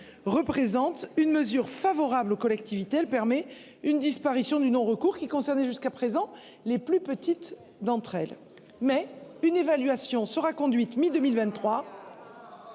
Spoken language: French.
constitue une mesure favorable aux collectivités, puisqu'elle permet la disparition du non-recours, qui concernait jusqu'à présent les plus petites d'entre elles. Pour autant, une évaluation sera conduite à la mi-2023.